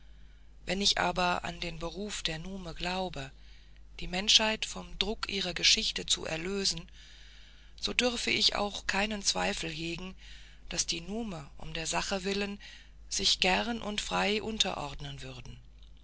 wenn ich aber an den beruf der nume glaube die menschheit vom druck ihrer geschichte zu erlösen so dürfe ich auch keinen zweifel hegen daß die nume um der sache willen sich gern und frei unterordnen würden